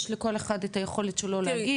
יש לכל אחד את היכולת שלו להגיב.